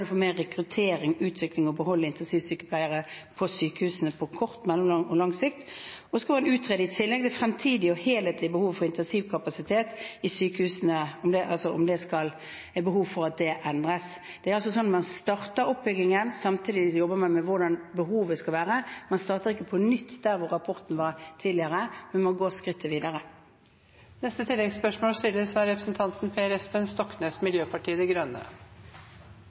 mer rekruttering, utvikling og å beholde intensivsykepleiere på sykehusene på kort, mellomlang og lang sikt. I tillegg skal man utrede det fremtidige og helhetlige behovet for intensivkapasitet i sykehusene, altså se om det er behov for at det endres. Det er altså slik at man starter oppbyggingen samtidig som man jobber med hvordan behovet skal være. Man starter ikke på nytt der hvor rapporten var tidligere, men man går skrittet